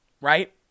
Right